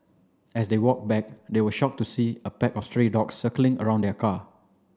as they walked back they were shocked to see a pack of stray dogs circling around their car